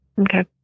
Okay